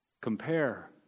Compare